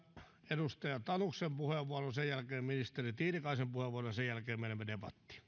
edustaja tanuksen puheenvuoron sen jälkeen ministeri tiilikaisen puheenvuoron ja sen jälkeen menemme debattiin